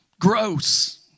Gross